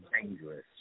dangerous